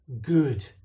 good